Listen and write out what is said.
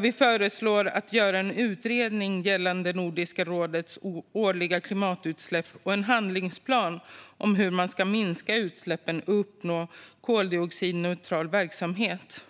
Vi föreslår att en utredning görs gällande Nordiska rådets årliga klimatutsläpp och en handlingsplan för hur man ska minska utsläppen och uppnå koldioxidneutral verksamhet.